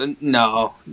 no